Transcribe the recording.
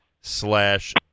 slash